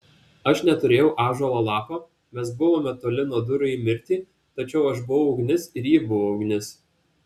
aš neturėjau ąžuolo lapo mes buvome toli nuo durų į mirtį tačiau aš buvau ugnis ir ji buvo ugnis